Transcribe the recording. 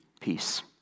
peace